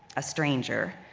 a stranger,